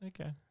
Okay